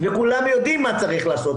וכולם יודעים מה צריך לעשות,